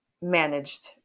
managed